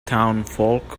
townsfolk